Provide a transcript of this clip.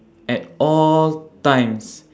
at all times